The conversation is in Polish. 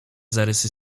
zarysy